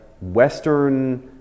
Western